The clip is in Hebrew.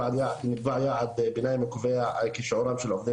נקבע יעד ביניים הקובע כי שיעורם של עובדים